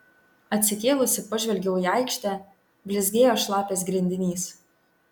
atsikėlusi pažvelgiau į aikštę blizgėjo šlapias grindinys